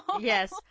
yes